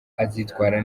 azitwara